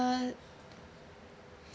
uh